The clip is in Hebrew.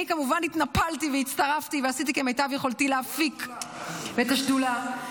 אני כמובן התנפלתי והצטרפתי ועשיתי כמיטב יכולתי להפיק את השדולה,